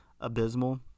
abysmal